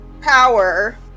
power